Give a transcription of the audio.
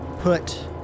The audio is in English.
put